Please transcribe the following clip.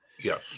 Yes